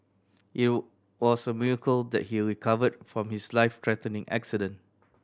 it was a miracle that he recovered from his life threatening accident